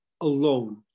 alone